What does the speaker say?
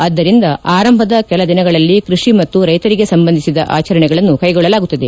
ಆದ್ದರಿಂದ ಆರಂಭದ ಕೆಲ ದಿನಗಳಲ್ಲಿ ಕ್ವಷಿ ಮತ್ತು ರೈತರಿಗೆ ಸಂಬಂಧಿಸಿದ ಆಚರಣೆಗಳನ್ನು ಕೈಗೊಳ್ಳಲಾಗುತ್ತದೆ